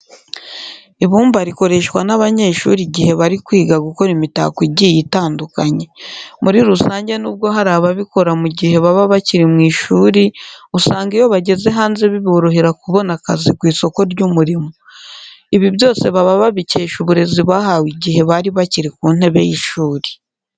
Ibumba rikoreshwa n'abanyeshuri igihe bari kwiga gukora imitako igiye itandukanye. Muri rusange nubwo hari ababikora mu gihe baba bakiri mu ishuri, usanga iyo bageze hanze biborohera kubona akazi ku isoko ry'umurimo. Ibi byose baba babikesha uburezi bahawe igihe bari bakiri ku ntebe y'ishuri.